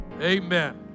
Amen